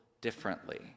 differently